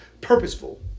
purposeful